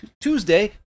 Tuesday